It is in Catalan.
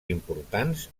importants